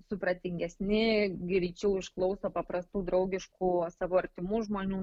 supratingesni greičiau išklauso paprastų draugiškų savo artimų žmonių